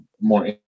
more